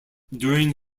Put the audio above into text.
during